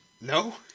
No